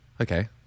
okay